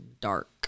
dark